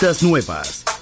nuevas